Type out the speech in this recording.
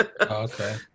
okay